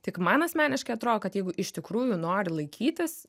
tik man asmeniškai atrodo kad jeigu iš tikrųjų nori laikytis